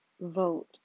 Vote